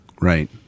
Right